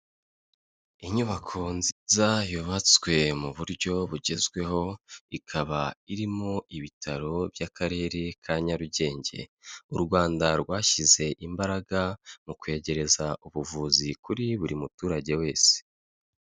Inyubako nziza yubatswe mu buryo bugezweho, ikaba irimo ibitaro by'Akarere ka Nyarugenge, u Rwanda rwashyize imbaraga mu kwegereza ubuvuzi kuri buri muturage wese.